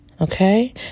Okay